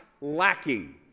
lacking